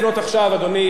לחברי בערוץ-10.